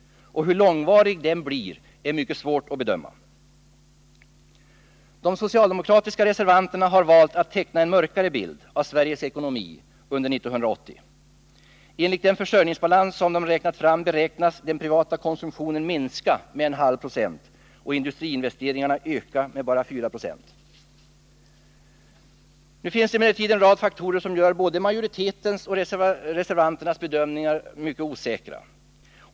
Hur långvarig den blir är mycket svårt att bedöma. De socialdemokratiska reservanterna har valt att teckna en mörkare bild av Sveriges ekonomi under 1980. Enligt den försörjningsbalans som de räknat fram beräknas den privata konsumtionen minska med en halv procent och industriinvesteringarna öka med bara fyra procent. Det finns emellertid en rad faktorer som gör både majoritetens och reservanternas bedömningar mycket osäkra.